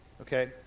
Okay